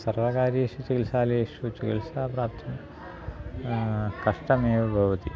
सर्वकारीयेषु चिकित्सालयेषु चिकित्सां प्राप्तुं कष्टमेव भवति